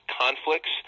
conflicts